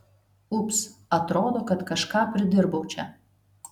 ups atrodo kad kažką pridirbau čia